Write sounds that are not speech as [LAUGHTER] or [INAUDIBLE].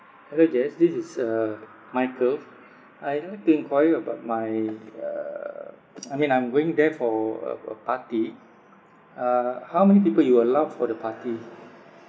hello jess this is uh michael I would like to enquire about my uh [NOISE] I mean I'm going there for a a party uh how many people you allow for the party